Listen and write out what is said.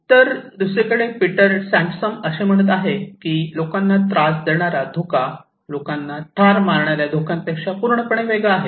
तर दुसरीकडे Peter Sandman असे म्हणत आहे की लोकांना त्रास देणारा धोका लोकांना ठार मारणाऱ्या धोक्यांपेक्षा पूर्णपणे वेगळा आहे